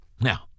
now